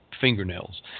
fingernails